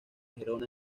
gerona